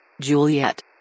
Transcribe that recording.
Juliet